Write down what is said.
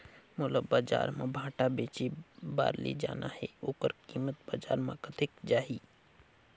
मोला बजार मां भांटा बेचे बार ले जाना हे ओकर कीमत बजार मां कतेक जाही?